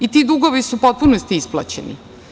Ti dugovi su u potpunosti isplaćeni.